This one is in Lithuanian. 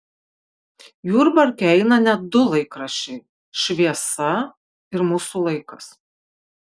jurbarke eina net du laikraščiai šviesa ir mūsų laikas